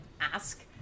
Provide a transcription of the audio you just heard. ask